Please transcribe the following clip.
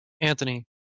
Anthony